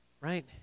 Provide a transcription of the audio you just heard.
Right